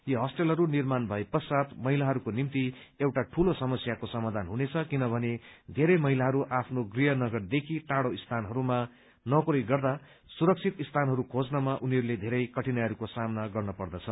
यी होस्टेलहरू निर्माण भए पश्चात महिलाहरूको निम्ति एउटा दूलो समस्याको समाधान हुनेछ किनभने बेरै महिलाहरू आफ्नो गृहनगरदेखि टाड़ो स्थानहरूमा नोकरी गर्दा सुरक्षित स्थानहरू खोज्नमा उनीहरूले धेरै कठिनाईहरूको सामना गर्न पर्दछ